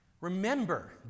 Remember